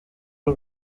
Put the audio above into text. y’u